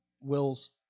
Will's